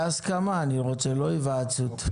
אז בהסכמה אני רוצה, לא היוועצות.